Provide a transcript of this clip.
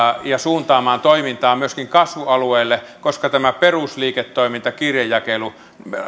ja suuntaamaan toimintaa myöskin kasvualueille koska tämä perusliiketoiminta kirjejakelu